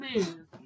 man